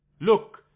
Look